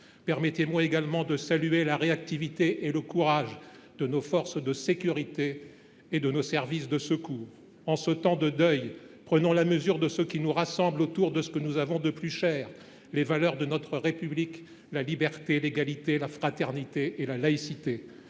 Permettez moi également de saluer la réactivité et le courage de nos forces de sécurité et de nos services de secours. En ce temps de deuil, prenons la mesure de ce qui nous rassemble autour de ce que nous avons de plus cher, les valeurs de notre République : la liberté, l’égalité, la fraternité et la laïcité.